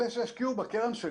אלה שהשקיעו בקרן שלי,